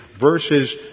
versus